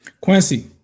Quincy